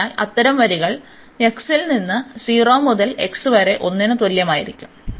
അതിനാൽ അത്തരം വരികൾ x ൽ നിന്ന് 0 മുതൽ x വരെ 1 ന് തുല്യമായിരിക്കും